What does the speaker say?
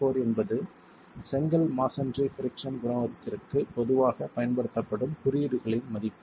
4 என்பது செங்கல் மஸோன்றி பிரிக்ஸன் குணகத்திற்கு பொதுவாக பயன்படுத்தப்படும் குறியீடுகளின் மதிப்பு